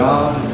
God